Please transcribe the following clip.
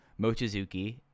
Mochizuki